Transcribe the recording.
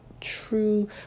true